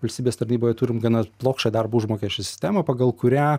valstybės tarnyboje turime gana plokščią darbo užmokesčio sistemą pagal kurią